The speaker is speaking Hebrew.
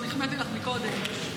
גם החמאתי לך קודם.